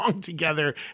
together